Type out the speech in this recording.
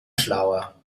schlauer